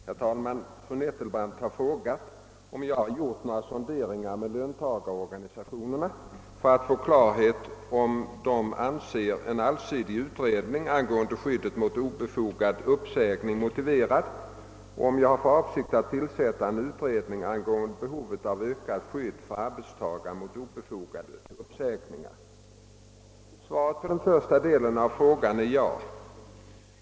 Herr talman! Fru Nettelbrandt har frågat om jag har gjort några sonderingar med löntagarorganisationerna för att få klarhet om de anser en allsidig utredning angående skyddet mot obefogad uppsägning motiverad och om jag har för avsikt att tillsätta en utred: ning angående behovet av ökat skydd för arbetstagare mot obefogade uppsägningar. Svaret på den första delen av frågan är ja.